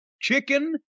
chicken